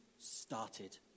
started